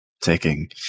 taking